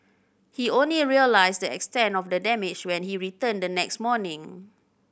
he only realised the extent of the damage when he returned the next morning